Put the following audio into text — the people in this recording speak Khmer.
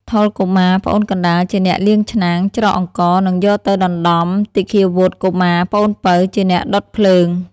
ថុល កុមារ (ប្អូនកណ្ដាល) ជាអ្នកលាងឆ្នាំង ច្រកអង្ករ និងយកទៅដណ្ដាំ ទីឃាវុត្ត កុមារ (ប្អូនពៅ) ជាអ្នកដុតភ្លើង។